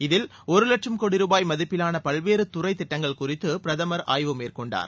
இதில் ஒரு வட்சும் கோடி ருபாய் மதிப்பிலான பல்வேறு துறை திட்டங்கள் குறித்து பிரதமர் ஆய்வு மேற்கொண்டார்